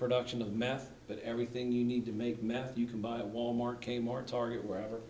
production of meth but everything you need to make meth you can buy at wal mart k mart target wherever